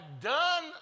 done